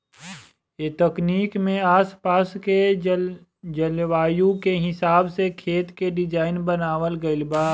ए तकनीक में आस पास के जलवायु के हिसाब से खेत के डिज़ाइन बनावल गइल बा